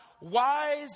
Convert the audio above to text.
wise